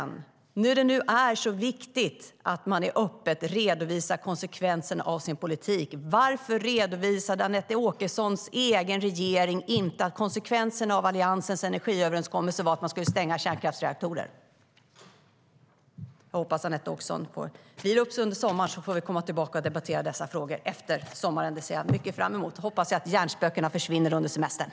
När det nu är så viktigt att man öppet redovisar konsekvenserna av sin politik, varför redovisade Anette Åkessons egen regering inte att konsekvenserna av Alliansens energiöverenskommelse var att man skulle stänga kärnkraftsreaktorer? Jag hoppas att Anette Åkesson får vila upp sig under sommaren. Sedan får vi komma tillbaka och debattera dessa frågor efter sommaren. Det ser jag mycket fram emot. Jag hoppas att hjärnspökena försvinner under semestern.